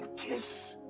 kiss!